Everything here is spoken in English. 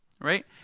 Right